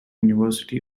university